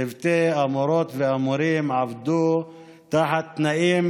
צוותי המורות והמורים עבדו תחת תנאים